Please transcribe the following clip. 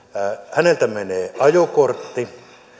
menee ajokortti ja